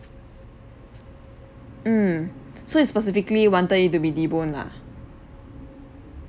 mm so you specifically wanted it to be debone lah